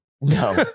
No